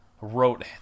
wrote